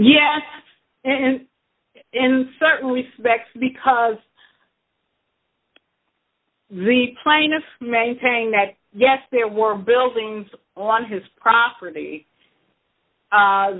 yet and in certain respects because the plaintiffs maintain that yes there were buildings on his property